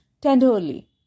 tenderly